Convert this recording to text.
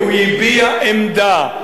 הוא הביע עמדה,